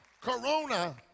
corona